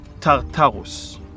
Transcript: Tartarus